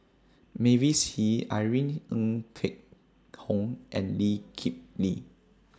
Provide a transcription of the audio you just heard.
Mavis Hee Irene Ng Phek Hoong and Lee Kip Lee